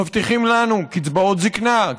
מבטיחים לנו קצבאות זקנה,